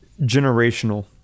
generational